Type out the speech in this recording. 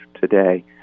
today